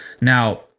now